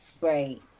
Right